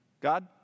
God